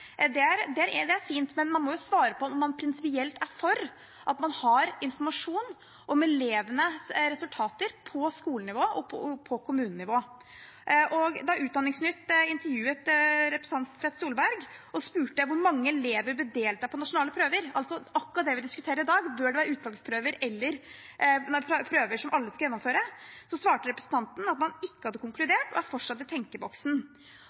Det er fint, men man må jo svare på om man prinsipielt er for at man har informasjon om elevenes resultater på skolenivå og kommunenivå. Da Utdanningsnytt intervjuet representanten Tvedt Solberg og spurte om hvor mange elever som ville delta på nasjonale prøver, altså akkurat det vi diskuterer i dag – bør det være utvalgsprøver eller prøver som alle skal gjennomføre – svarte representanten at Arbeiderpartiet ikke hadde konkludert og fortsatt var i tenkeboksen.